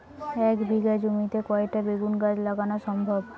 এক বিঘা জমিতে কয়টা বেগুন গাছ লাগানো সম্ভব?